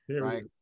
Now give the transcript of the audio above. Right